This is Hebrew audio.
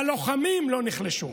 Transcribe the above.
הלוחמים לא נחלשו,